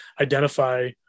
identify